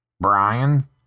Brian